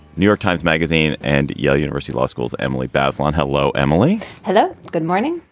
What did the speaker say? new york times magazine and yale university law school's emily bazelon. hello, emily. hello. good morning.